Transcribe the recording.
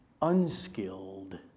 unskilled